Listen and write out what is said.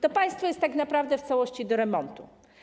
To państwo jest tak naprawdę w całości do remontu.